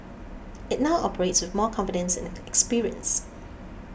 it now operates with more confidence and experience